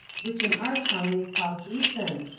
which in our tongue we call gison,